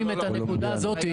הפחם.